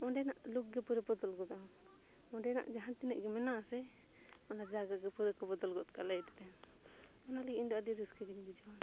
ᱚᱸᱰᱮᱱᱟᱜ ᱞᱩᱠ ᱜᱮ ᱯᱩᱨᱟᱹ ᱵᱚᱫᱚᱞ ᱜᱚᱫᱚᱜᱼᱟ ᱚᱸᱰᱮᱱᱟᱜ ᱡᱟᱦᱟᱸ ᱛᱤᱱᱟᱹᱜ ᱜᱮ ᱢᱮᱱᱟᱜᱼᱟ ᱥᱮ ᱚᱱᱟ ᱡᱟᱭᱜᱟ ᱜᱮ ᱯᱩᱨᱟᱹ ᱠᱚ ᱵᱚᱫᱚᱞ ᱜᱚᱫ ᱠᱟᱜ ᱞᱟᱹᱭ ᱛᱮ ᱚᱱᱟ ᱞᱟᱹᱜᱤᱫ ᱤᱧ ᱫᱚ ᱟᱹᱰᱤ ᱨᱟᱹᱥᱠᱟᱹ ᱜᱤᱧ ᱵᱩᱡᱷᱟᱹᱣᱟ